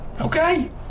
Okay